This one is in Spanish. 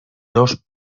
dos